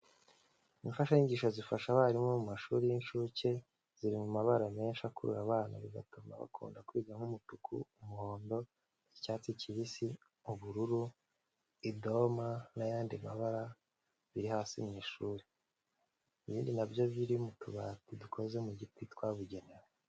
Imfashanyigisho zifasha abarimu bo mu mashuri y'incuke, ziri mu mabara menshi akurura abana bigatuma bakunda kwiga nk'umutuku, umuhondo, icyatsi kibisi, ubururu, idoma n'ayandi mabara biri hasi mu ishuri. Ibindi na byo biri mu tubati dukoze mu giti twabugenewe.